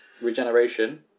regeneration